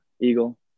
Eagle